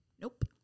nope